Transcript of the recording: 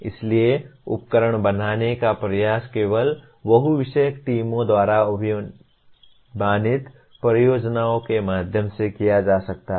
इसलिए उपकरण बनाने का प्रयास केवल बहु विषयक टीमों द्वारा अधिमानतः परियोजनाओं के माध्यम से किया जा सकता है